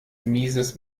mieses